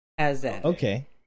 Okay